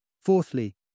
Fourthly